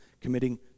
committing